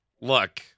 look